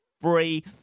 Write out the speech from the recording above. free